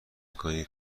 کنید